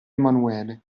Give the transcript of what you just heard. emanuele